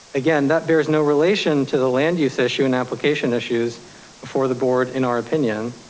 again, that bears no relation to the land use issue and application issues before the board in our opinion.